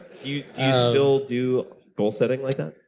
you you still do goal setting like that?